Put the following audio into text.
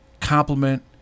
compliment